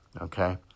okay